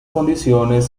condiciones